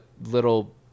little